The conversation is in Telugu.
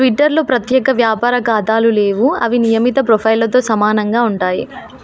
ట్విట్టర్లో ప్రత్యేక వ్యాపార ఖాతాలు లేవు అవి నియమిత ప్రొఫైళ్లతో సమానంగా ఉంటాయి